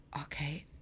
Okay